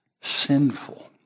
sinful